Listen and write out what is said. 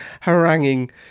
haranguing